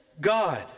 god